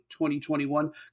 2021